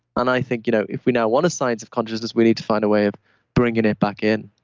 and i think, you know if we now want a science of consciousness, we need to find a way of bringing it back in.